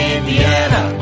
Indiana